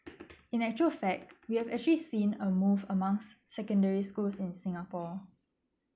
in actual fact we have actually seen a move amongst secondary schools in singapore